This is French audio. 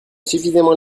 suffisamment